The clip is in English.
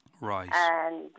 Right